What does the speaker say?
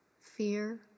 fear